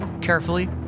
Carefully